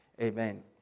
Amen